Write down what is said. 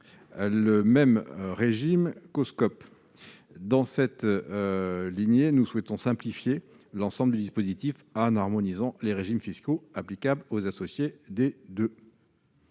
le même régime qu'aux SCOP. Dans le même esprit, nous souhaitons simplifier l'ensemble du dispositif en harmonisant les régimes fiscaux applicables aux associés des deux